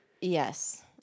yes